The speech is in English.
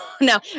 no